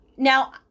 Now